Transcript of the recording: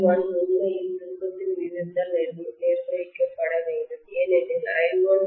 I1 உண்மையில் திருப்பத்தின் விகிதத்தால் நிர்வகிக்கப்பட வேண்டும் ஏனெனில் I1N1I2N2